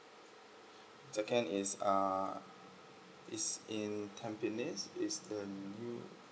is err is in tampines is the new